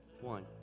one